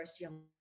young